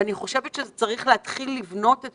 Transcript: ואני חושבת שצריך להתחיל לבנות מחדש את